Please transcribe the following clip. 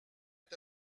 est